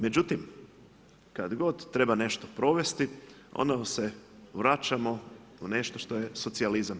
Međutim, kad god treba nešto provesti onda se vraćamo u nešto što je socijalizam.